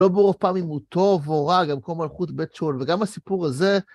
לא ברוב פעמים הוא טוב או רע, גם כל מלכות בית שאול, וגם הסיפור הזה...